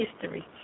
history